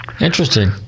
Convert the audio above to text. Interesting